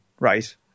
Right